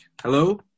Hello